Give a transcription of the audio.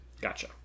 gotcha